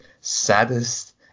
saddest